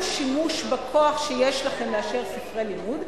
שימוש בכוח שיש לכם לאשר ספרי לימוד,